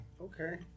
Okay